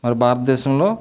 మన భారత దేశంలో